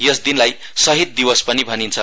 यस दिनलाई शहिद दिवस पनि भनिन्छ